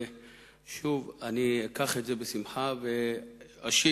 ושוב אני אקח את זה בשמחה ואשיב.